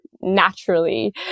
naturally